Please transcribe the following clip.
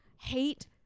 hate